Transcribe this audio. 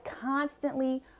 constantly